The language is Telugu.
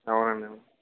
అవునండి